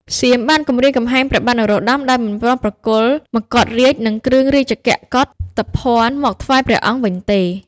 សៀមបានគំរាមកំហែងព្រះបាទនរោត្តម ដោយមិនព្រមប្រគល់មកុដរាជ្យ និងគ្រឿងរាជកកុធភណ្ឌមកថ្វាយព្រះអង្គវិញទេ។